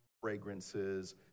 fragrances